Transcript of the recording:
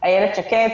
איילת שקד,